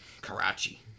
Karachi